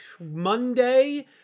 Monday